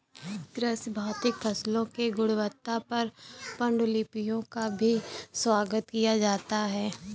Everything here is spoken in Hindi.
कृषि भौतिकी फसलों की गुणवत्ता पर पाण्डुलिपियों का भी स्वागत किया जाता है